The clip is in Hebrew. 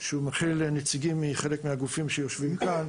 שמכיל נציגים שהם חלק מהגופים שנמצאים כאן.